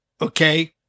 okay